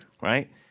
right